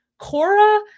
cora